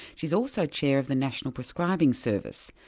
she's also chair of the national prescribing service,